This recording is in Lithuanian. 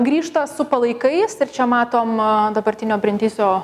grįžta su palaikais ir čia matom dabartinio brendisio